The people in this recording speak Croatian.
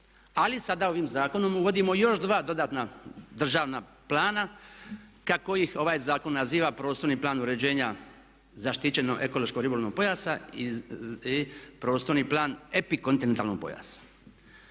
ali sada ovim zakonom uvodimo još dva dodatna državna plana kako ih ovaj zakon naziva prostorni plan uređenja zaštićeno ekološko ribolovnog pojasa i prostorni plan epikontinentalnog pojasa.